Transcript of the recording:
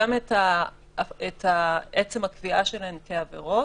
גם את עצם הקביעה שלהן כעבירות,